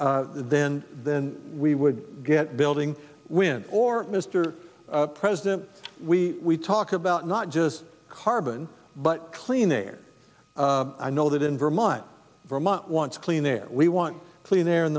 then then we would get building wind or mr president we talk about not just carbon but clean air i know that in vermont vermont wants clean air we want clean air in